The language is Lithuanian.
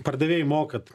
pardavėjai mokat